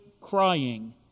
crying